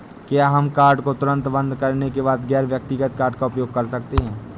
क्या हम कार्ड को तुरंत बंद करने के बाद गैर व्यक्तिगत कार्ड का उपयोग कर सकते हैं?